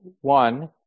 one